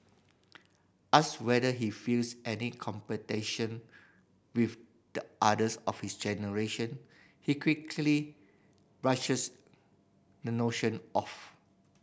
asked whether he feels any competition with the others of his generation he quickly brushes the notion off